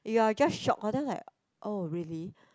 you are just shock um like oh really